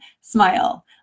smile